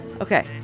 Okay